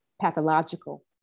pathological